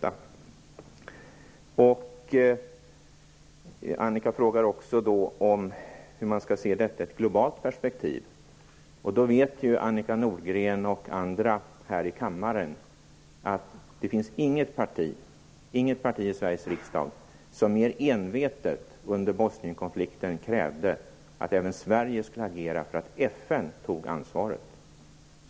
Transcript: Annika Nordgren frågar också hur man skall se detta i ett globalt perspektiv. Såväl hon som övriga här i kammaren vet att det inte finns något parti i Sveriges riksdag som under Bosnienkonflikten mer envetet än Folkpartiet krävde att även Sverige skulle agera för att FN tog ansvaret.